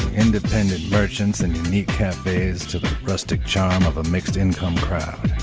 independent merchants and unique cafes to the rustic charm of a mixed-income crowd